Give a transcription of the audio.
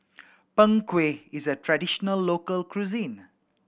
Png Kueh is a traditional local cuisine